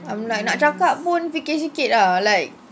I'm like nak cakap pun fikir sikit ah like